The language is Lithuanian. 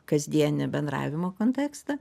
kasdienį bendravimo kontekstą